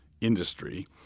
industry